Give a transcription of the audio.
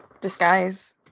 disguise